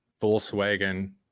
Volkswagen